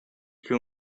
che